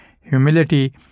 humility